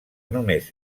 només